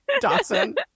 Dawson